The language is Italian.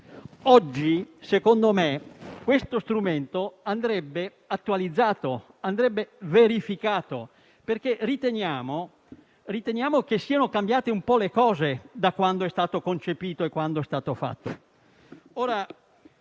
Oggi, secondo me, questo strumento andrebbe attualizzato e verificato, perché riteniamo che siano cambiate un po' le cose da quando è stato concepito e messo in atto.